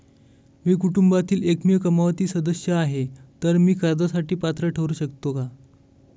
मी कुटुंबातील एकमेव कमावती सदस्य आहे, तर मी कर्जासाठी पात्र ठरु शकतो का?